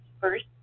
first